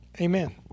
amen